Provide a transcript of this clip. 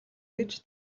гэж